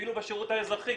אפילו בשירות האזרחי,